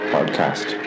Podcast